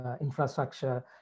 infrastructure